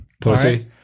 Pussy